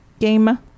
game